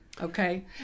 okay